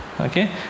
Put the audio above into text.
okay